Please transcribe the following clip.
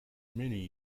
many